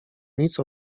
nic